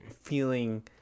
...feeling